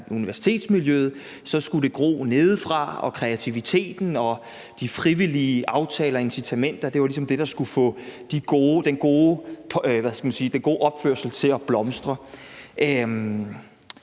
universitetsmiljøet – så skulle gro nedefra, og kreativiteten og de frivillige aftaler og incitamenter var ligesom det, der skulle få den gode opførsel til at blomstre.